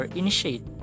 initiate